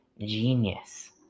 genius